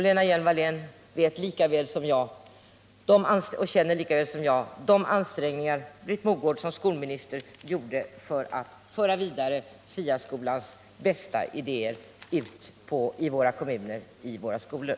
Lena Hjelm-Wallén känner lika väl som jag till de ansträngningar Britt Mogård som skolminister gjorde för att föra ut SIA-skolans bästa idéer i våra kommuner, i våra skolor.